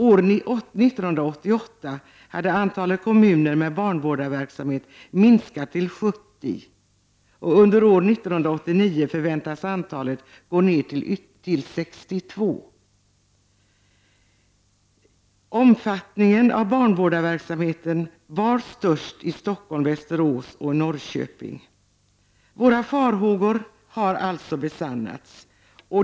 År 1988 hade antalet kommuner med barnvårdarverksamhet minskat till 70 och under 1989 förväntades antalet gå ned till 62. Omfattningen av barnvårdarverksamheten var störst i Stockholm, Västerås och Norrköping.